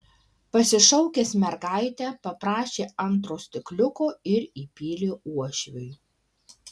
pasišaukęs mergaitę paprašė antro stikliuko ir įpylė uošviui